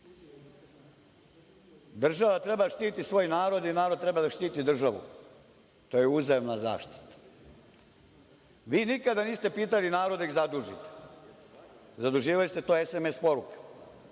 Država treba da štiti svoj narod i narod treba da štiti državu. To je uzajamna zaštita. Vi nikada niste pitali narod da li da ih zadužite, zaduživali ste to SMS porukama.